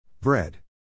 Bread